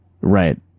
right